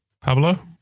Pablo